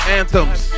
anthems